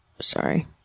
sorry